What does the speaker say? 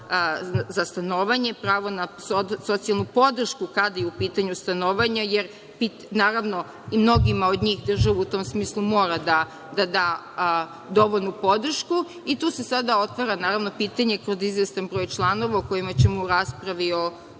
za stanovanje, pravo na socijalnu podršku kada je u pitanju stanovanje, naravno i mnogima od njih država u tom smislu mora da da dovoljnu podršku. I tu se sada otvara pitanje kod izvesnog broja članova, o kojima ćemo u raspravi o